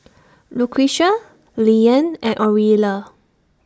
Lucretia Leeann and Orilla